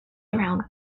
around